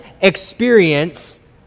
experience